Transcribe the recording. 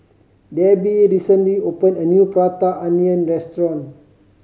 Debi recently opened a new Prata Onion restaurant